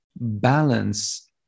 balance